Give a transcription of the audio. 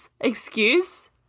excuse